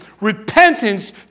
Repentance